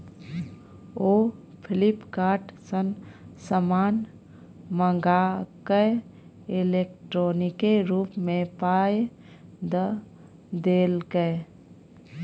ओ Flipkart सँ समान मंगाकए इलेक्ट्रॉनिके रूप सँ पाय द देलकै